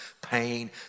pain